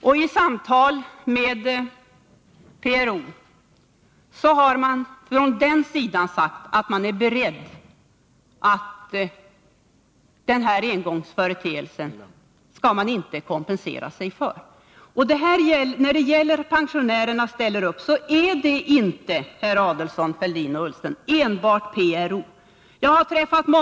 Från PRO:s sida har man vid de samtal som förts sagt att man är beredd att inte kompensera sig för denna engångsföreteelse. Och när pensionärerna ställer upp så är det inte, herrar Adelsohn, Fälldin och Ullsten, enbart PRO-anslutna pensionärer som gör det.